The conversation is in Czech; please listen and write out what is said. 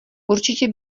určitě